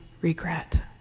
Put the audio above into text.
regret